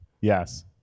Yes